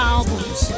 Albums